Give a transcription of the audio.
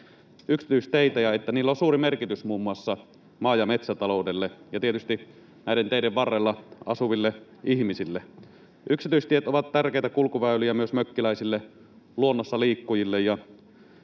yksityisteitä ja että niillä on suuri merkitys muun muassa maa- ja metsätaloudelle ja tietysti näiden teiden varrella asuville ihmisille. Yksityistiet ovat tärkeitä kulkuväyliä myös mökkiläisille, luonnossa liikkujille ja